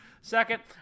Second